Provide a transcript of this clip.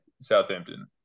Southampton